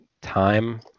time